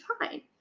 fine